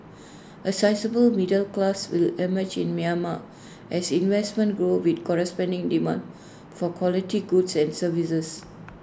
A sizeable middle class will emerge in Myanmar as investments grow with corresponding demand for quality goods and services